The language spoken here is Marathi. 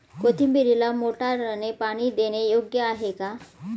कोथिंबीरीला मोटारने पाणी देणे योग्य आहे का?